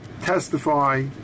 testify